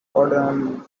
wooden